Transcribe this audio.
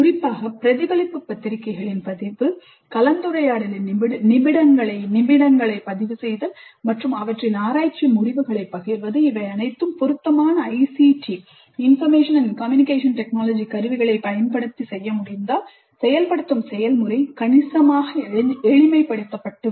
குறிப்பாக பிரதிபலிப்பு பத்திரிகைகளின் பதிவு கலந்துரையாடலின் நிமிடங்களைப் பதிவுசெய்தல் மற்றும் அவற்றின் ஆராய்ச்சி முடிவுகளைப் பகிர்வது இவை அனைத்தும் பொருத்தமான ICT கருவிகளைப் பயன்படுத்தி செய்ய முடிந்தால் செயல்படுத்தும் செயல்முறை கணிசமாக எளிமைப்படுத்தப்பட்டு விடும்